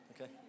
okay